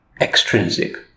extrinsic